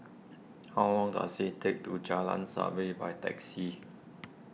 how long does it take to Jalan Sabit by taxi